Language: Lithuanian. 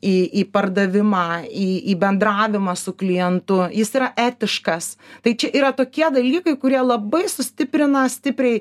į į pardavimą į į bendravimą su klientu jis yra etiškas tai čia yra tokie dalykai kurie labai sustiprina stipriai